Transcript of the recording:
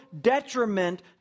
detriment